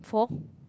for